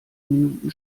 minuten